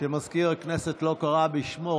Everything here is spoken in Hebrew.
שמזכיר הכנסת לא קרא בשמו?